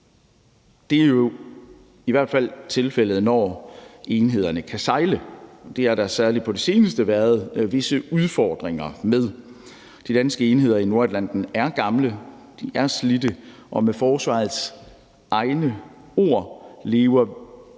Det er jo i hvert fald tilfældet, når enhederne kan sejle. Det har der særlig på det seneste været visse udfordringer med. De danske enheder i Nordatlanten er gamle, de er slidte, og med forsvarets egne ord lever